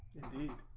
indeed.